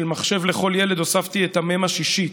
מחשב לכל ילד הוספתי את המ"ם השישית: